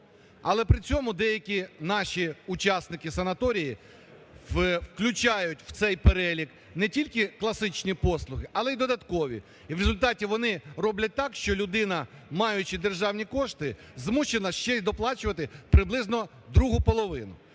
але при цьому деякі наші учасники в санаторії включають в цей перелік не тільки класичні послуги, але й додаткові. І в результаті вони роблять так, що людина, маючи державні кошти, змушена ще й доплачувати приблизно другу половину.